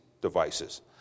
devices